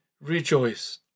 rejoice